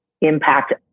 impact